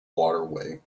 waterway